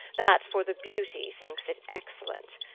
that for the beautie thinkes it excellent.